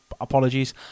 apologies